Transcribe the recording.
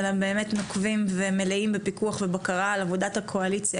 אלא באמת נוקבים ומלאים בפיקוח ובקרה על עבודת הקואליציה,